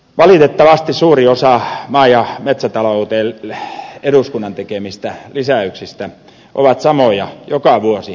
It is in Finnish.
valitettavasti suuri osa maa ja metsätalouteen eduskunnan tekemistä lisäyksistä ovat samoja joka vuosi toistuvia